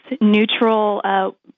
neutral